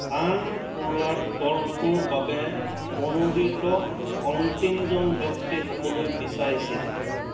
San Pollard দলটোৰ বাবে মনোনীত অন্তিমজন ব্যক্তি হ'বলৈ বিচাৰিছিল